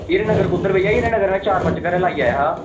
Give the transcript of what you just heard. हीरानगर कुद्धर हीरानगर भैया में चार पंज जगह लाई आया हा